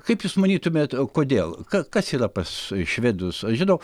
kaip jūs manytumėt o kodėl ka kas yra pas švedus aš žinau